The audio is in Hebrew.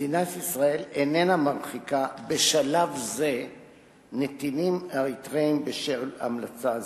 מדינת ישראל איננה מרחיקה בשלב זה נתינים אריתריאים בשל המלצה זו.